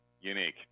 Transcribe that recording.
unique